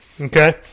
Okay